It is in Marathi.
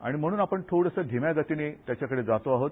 आणि म्हणून आपण थोडसं धिम्या गतीनं त्याच्याकडे जातो आहोत